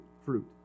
fruit